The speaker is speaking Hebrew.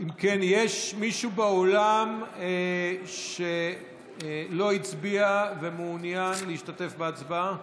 יש מישהו באולם שלא הצביע ומעוניין להשתתף בהצבעה?